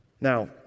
Now